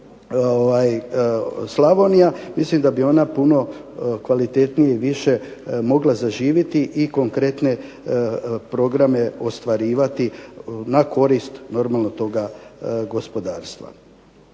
Slavonija, mislim da bi ona puno kvalitetnije i više zaživjeti i konkretne programe ostvarivati na korist toga gospodarstva.